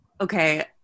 Okay